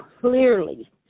clearly